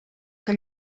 que